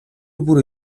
бүр